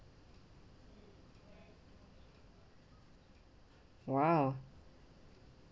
!wow!